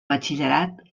batxillerat